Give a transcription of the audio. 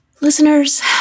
Listeners